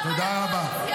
תודה רבה.